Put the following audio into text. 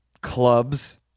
clubs